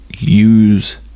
Use